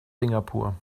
singapur